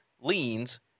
leans